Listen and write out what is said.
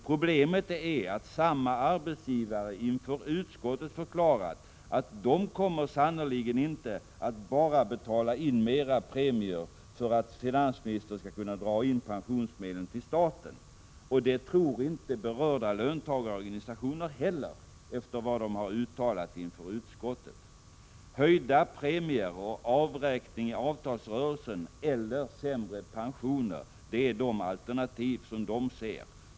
Problemet är att samma arbetsgivare inför utskottet förklarat att de sannerligen inte kommer att betala in mera i premier bara för att finansministern skall kunna dra in pensionsmedlen till staten. Och det tror inte berörda löntagarorganisationer heller, efter vad de förklarat inför utskottet. Höjda premier och avräkning i avtalsrörelsen eller sämre pensioner är alternativen.